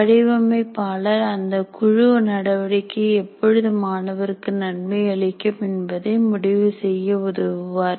வடிவமைப்பாளர் அந்த குழு நடவடிக்கை எப்பொழுது மாணவருக்கு நன்மை அளிக்கும் என்பதை முடிவு செய்ய உதவுவார்